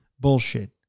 Bullshit